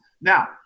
Now